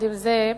עם זה,